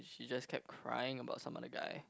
she just kept crying about some other guy